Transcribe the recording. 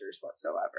whatsoever